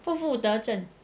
负负得正